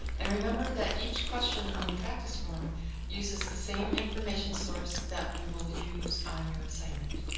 and remember that each question on the practice form uses the same information source that you will use on your assignment.